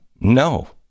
no